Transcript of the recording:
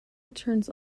turns